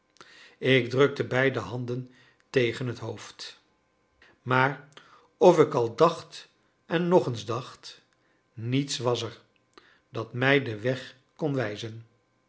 ik drukte beide handen tegen het hoofd maar of ik al dacht en nog eens dacht niets was er dat mij den weg kon wijzen